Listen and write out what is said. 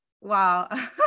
wow